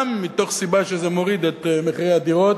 גם מתוך סיבה שזה מוריד את מחירי הדירות,